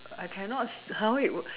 I cannot !huh! wait